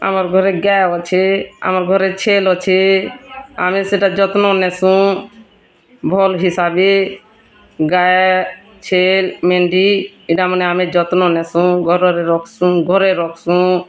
ଆମର୍ ଘରେ ଗାଏ ଅଛେ ଆମର୍ ଘରେ ଛେଲ୍ ଅଛେ ଆମେ ସେଇଟା ଯତ୍ନ ନେସୁଁ ଭଲ୍ ହିସାବେ ଗାଏ ଛେଲ୍ ମେଣ୍ଢି ଏଟା ଆମେ ଯତ୍ନ ନେସୁଁ ଘରରେ ରଖ୍ସୁଁ ଘରେ ରଖ୍ସୁଁ